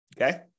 Okay